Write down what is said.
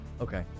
okay